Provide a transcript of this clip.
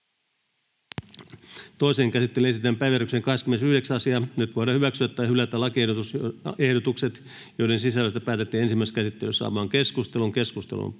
Toiseen käsittelyyn esitellään päiväjärjestyksen 11. asia. Nyt voidaan hyväksyä tai hylätä lakiehdotukset, joiden sisällöstä päätettiin ensimmäisessä käsittelyssä. — Keskustelu, edustaja Mäkynen, Jukka.